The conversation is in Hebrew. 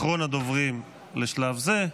אחרון הדוברים בשלב זה,